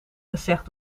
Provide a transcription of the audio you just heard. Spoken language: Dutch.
gezegd